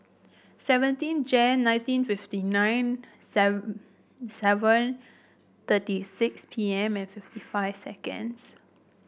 seventeen Jan nineteen fifty nine seven thirty six P M and fifty five seconds